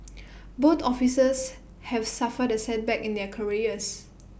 both officers have suffered A setback in their careers